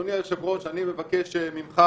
אדוני היושב-ראש, אני מבקש ממך